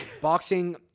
boxing